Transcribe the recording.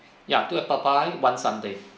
ya two apple pie one sundae